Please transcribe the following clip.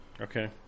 Okay